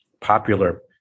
popular